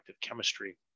chemistry